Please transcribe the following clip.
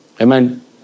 Amen